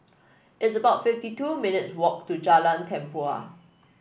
it's about fifty two minutes walk to Jalan Tempua